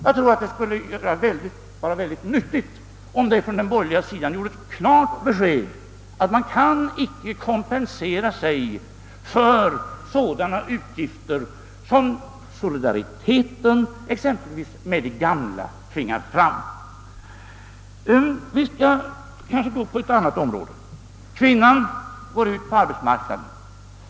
Jag tror att det skulle vara nyttigt om de borgerliga gav klart besked att man inte kan kompensera sig för sådana utgifter, som solidariteten med de gamla framtvingar. Vi skall kanske gå till ett annat område. Kvinnan går ut på arbetsmark naden.